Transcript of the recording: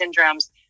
syndromes